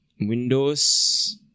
Windows